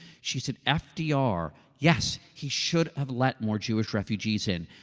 she said fdr, yes, he should have let more jewish refugees in.